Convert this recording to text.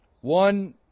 One